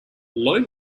loan